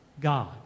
God